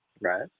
Right